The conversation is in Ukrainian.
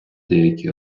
деякі